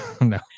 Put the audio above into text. No